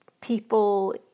People